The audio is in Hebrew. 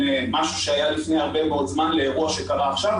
משהו שהיה לפני הרבה מאוד זמן לאירוע שקרה עכשיו,